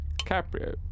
Caprio